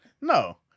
No